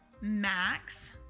Max